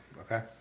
Okay